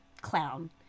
clown